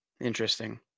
Interesting